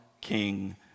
king